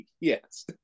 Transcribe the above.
Yes